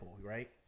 right